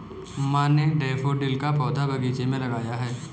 माँ ने डैफ़ोडिल का पौधा बगीचे में लगाया है